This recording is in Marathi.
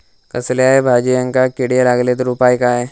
कसल्याय भाजायेंका किडे लागले तर उपाय काय?